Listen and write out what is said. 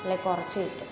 അല്ലേൽ കുറച്ച് കിട്ടും